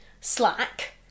slack